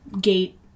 gate